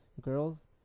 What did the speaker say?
girls